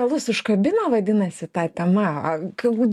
alus užkabino vadinasi ta tema galbūt